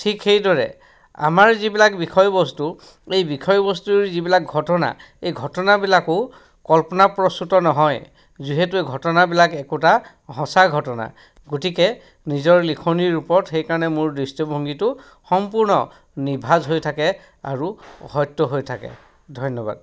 ঠিক সেইদৰে আমাৰ যিবিলাক বিষয়বস্তু এই বিষয়বস্তুৰ যিবিলাক ঘটনা এই ঘটনাবিলাকো কল্পনাপ্ৰসূত নহয় যিহেতু এই ঘটনাবিলাক একোটা সঁচা ঘটনা গতিকে নিজৰ লিখনিৰ ওপৰত সেইকাৰণে মোৰ দৃষ্টিভংগীটো সম্পূৰ্ণ নিভাঁজ হৈ থাকে আৰু সত্য হৈ থাকে ধন্যবাদ